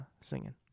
singing